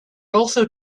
also